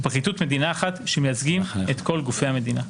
ופרקליטות מדינה אחת שמייצגים את כל גופי ‏המדינה".